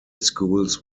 schools